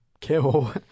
kill